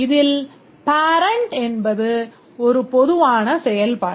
இதில் parent என்பது ஒரு பொதுவான செயல்பாடு